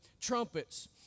trumpets